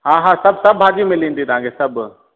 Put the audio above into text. हा हा सभु सभु भाॼियूं मिली वेंदियूं तव्हांखे सभु